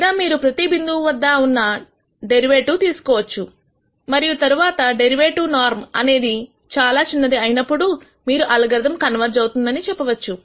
లేదా మీరు ప్రతి బిందువు వద్ద డెరివేటివ్ తీసుకోవచ్చు మరియు తరువాత డెరివేటివ్ నార్మ్ అనేది ఇది చాలా చిన్నది అయినప్పుడు మీరు అల్గారిథం కన్వెర్జ్ అవుతుంది అని చెప్పవచ్చు